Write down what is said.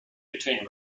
between